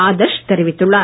ஆதர்ஷ் தெரிவித்துள்ளார்